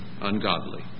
ungodly